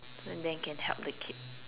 so and then I can help the kid